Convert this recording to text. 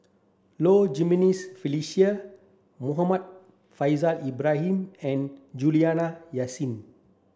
Low Jimenez Felicia Muhammad Faishal Ibrahim and Juliana Yasin